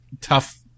tough